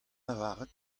lavaret